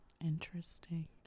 interesting